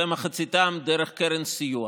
ומחציתם דרך קרן סיוע.